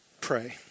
pray